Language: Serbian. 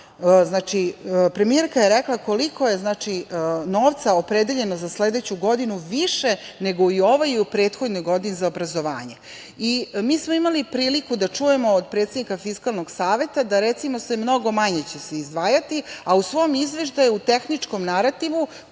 Premijerka je rekla koliko je novca opredeljeno za sledeću godinu više nego u ovoj i u prethodnoj godini za obrazovanje. Imali smo priliku da čujemo od predsednika Fiskalnog saveta da recimo će se mnogo manje izdvajati, a u svom izveštaju, u tehničkom narativu